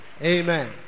Amen